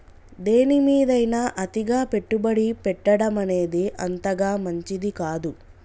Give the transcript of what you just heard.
దేనిమీదైనా అతిగా పెట్టుబడి పెట్టడమనేది అంతగా మంచిది కాదు